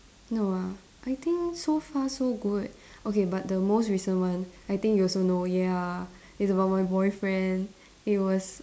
no ah I think so far so good okay but the most recent one I think you also know ya it's about my boyfriend it was